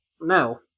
No